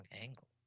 angle